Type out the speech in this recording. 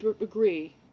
Agree